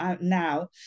now